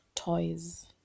Toys